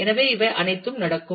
எனவே இவை அனைத்தும் நடக்கும்